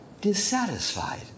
dissatisfied